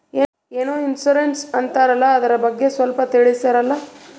ಏನೋ ಇನ್ಸೂರೆನ್ಸ್ ಅಂತಾರಲ್ಲ, ಅದರ ಬಗ್ಗೆ ಸ್ವಲ್ಪ ತಿಳಿಸರಲಾ?